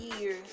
years